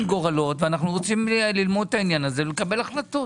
גורלות ואנחנו רוצים ללמוד את העניין הזה ולקבל החלטות,